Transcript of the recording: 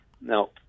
No